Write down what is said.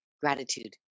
gratitude